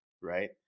right